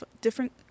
different